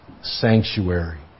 sanctuary